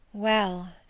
well,